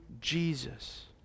Jesus